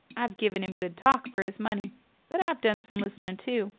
i've given him good talk for his money but i've done some listening too.